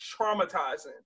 traumatizing